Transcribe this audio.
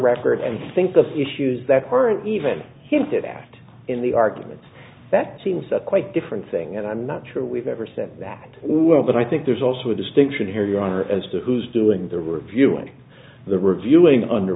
record and think of issues that aren't even hinted at in the argument that seems that quite different thing and i'm not sure we've ever said that we were but i think there's also a distinction here your honor as to who's doing the reviewing the reviewing under